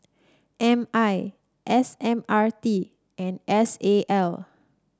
M I S M R T and S A L